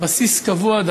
על בסיס קבוע,